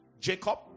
Jacob